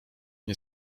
nie